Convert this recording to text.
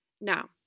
Now